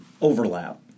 overlap